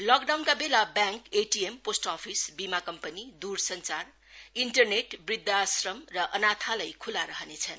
लकडाउनका बेला bank ATM post office बीमा कम्पनी दुरसंचार इन्टरनेट वृद्वाआश्राम र अनाथालय खुला रहनेछन्